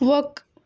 وق